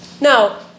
Now